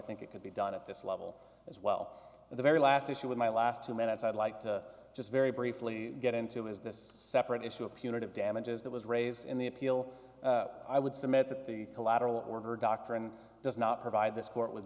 think it could be done at this level as well the very last issue with my last two minutes i'd like to just very briefly get into is this separate issue of punitive damages that was raised in the appeal i would submit that the collateral order doctrine does not provide this court with